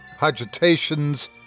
agitations